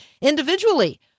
individually